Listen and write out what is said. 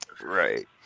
Right